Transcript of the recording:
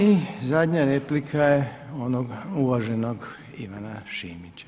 I zadnja replika je ona uvaženog Ivana Šipića.